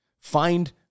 Find